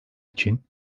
için